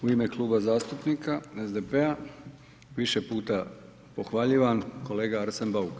U ime Kluba zastupnika SDP-a više puta pohvaljivan, kolega Arsen Bauk.